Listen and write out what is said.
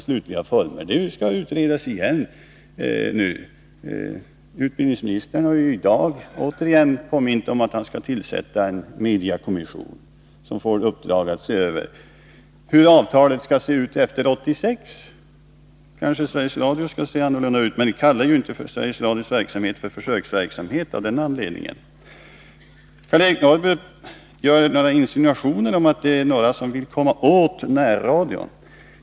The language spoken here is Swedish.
Verksamheten skall utredas på nytt. Utbildningsministern har i dag återigen påmint om att han skall tillsätta en mediekommission som får i uppdrag att se över hur avtalet skall se ut efter 1986. Sveriges Radios 79 verksamhet kommer kanske att se annorlunda ut, men av den anledningen kallar vi den inte för försöksverksamhet. Karl-Eric Norrby gör insinuationer om att somliga vill komma åt närradion.